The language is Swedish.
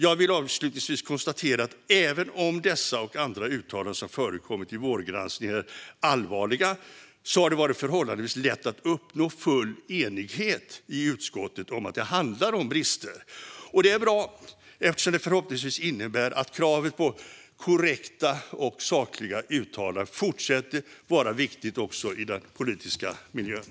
Jag vill avslutningsvis konstatera att även om dessa och andra uttalanden som förekommit i vårgranskningen är allvarliga har det varit förhållandevis lätt att uppnå full enighet i utskottet om att det handlar om brister. Det är bra eftersom det förhoppningsvis innebär att kravet på korrekta och sakliga uttalanden fortsätter att vara viktigt också i den politiska miljön.